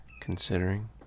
considering